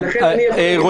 לא